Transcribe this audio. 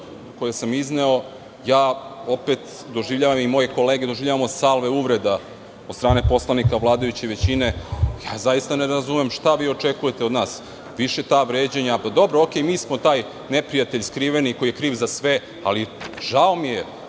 koje sam izneo, opet ja i moje kolege doživljavamo salve uvreda od strane poslanika vladajuće većine. Zaista ne razumem šta vi očekujete od nas? Više ta vređanja, dobro, u redu, mi smo taj neprijatelj skriveni koji je kriv za sve, ali žao mi je,